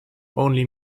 only